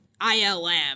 ILM